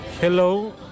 hello